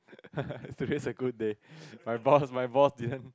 today is a good day my boss my boss then